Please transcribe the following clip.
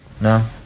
No